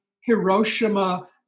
Hiroshima